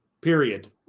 Period